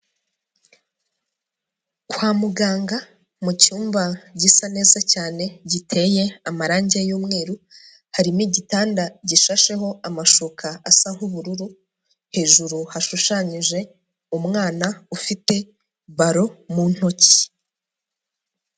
Kwa muganga mu cyumba gisa neza cyane giteye amarange y'umweru. Harimo igitanda gishasheho amashuka asa nk'ubururu. Hejuru hashushanyije umwana ufite ballon mu ntoki.